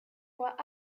fois